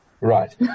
Right